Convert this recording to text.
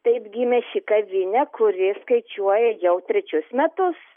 taip gimė ši kavinė kuri skaičiuoja jau trečius metus